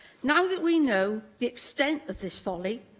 now that we know the extent of this folly,